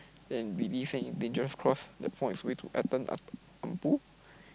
then Vidi sent in dangerous cross that points way to